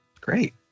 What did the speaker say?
Great